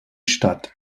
stadt